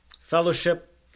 fellowship